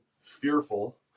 fearful